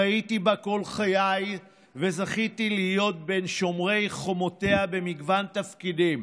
חייתי בה כל חיי וזכיתי להיות בין שומרי חומותיה במגוון תפקידים.